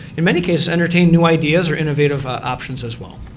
in many cases entertain new ideas or innovative options as well.